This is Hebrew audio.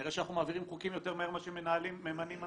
כנראה שאנחנו מעבירים חוקים יותר מהר מאשר ממנים מנכ"לים,